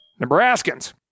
Nebraskans